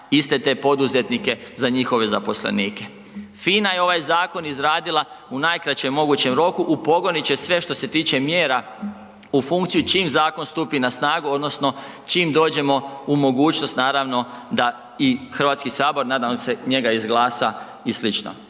iste te poduzetnike za njihove zaposlenike. FINA je ovaj zakon izradila u najkraćem mogućem roku, upogonit će sve što se tiče mjera u funkciju čim zakon stupi na snagu odnosno čim dođemo u mogućnost naravno da i Hrvatski sabor nadam se njega izglasa i sl.